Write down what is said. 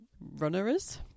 runners